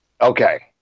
okay